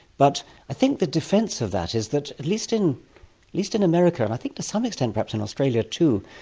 but i think the defence of that is in. at least in least in america and i think to some extent perhaps in australia too,